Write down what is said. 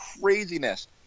craziness